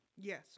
Yes